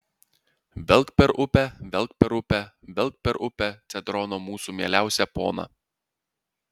velk per upę velk per upę velk per upę cedrono mūsų mieliausią poną